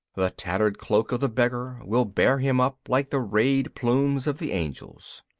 the tattered cloak of the beggar will bear him up like the rayed plumes of the angels.